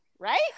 right